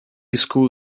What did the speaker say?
school